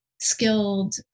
skilled